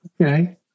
Okay